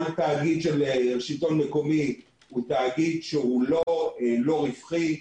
כל תאגיד של שלטון מקומי הוא לא לא רווחי.